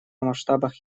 масштабах